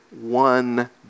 one